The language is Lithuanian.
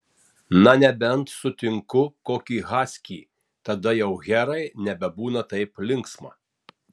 na nebent sutinku kokį haskį tada jau herai nebebūna taip linksma